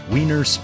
Wiener